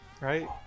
Right